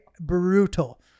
Brutal